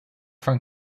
front